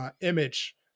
image